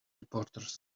reporters